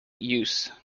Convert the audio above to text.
use